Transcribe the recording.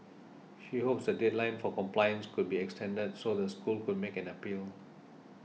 she hopes the deadline for compliance could be extended so the school could make an appeal